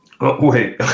wait